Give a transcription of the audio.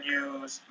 use